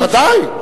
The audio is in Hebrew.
בוודאי,